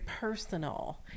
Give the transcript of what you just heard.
personal